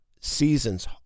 seasons